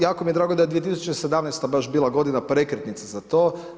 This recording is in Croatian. Jako mi je drago da je 2017. baš bila godina prekretnica za to.